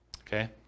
Okay